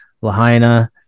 Lahaina